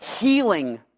healing